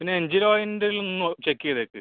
പിന്നെ എഞ്ചിൻ ഓയിലിൻറ്റേതിൽ ഒന്ന് ചെക്ക് ചെയ്തേക്ക്